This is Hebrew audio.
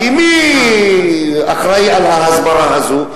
כי מי אחראי להסברה הזו?